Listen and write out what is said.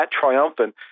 triumphant